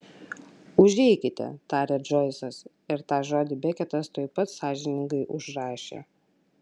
užeikite tarė džoisas ir tą žodį beketas tuoj pat sąžiningai užrašė